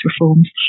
reforms